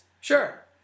Sure